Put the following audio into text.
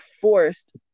forced